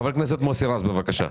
חבר הכנסת מוסי רז, בבקשה.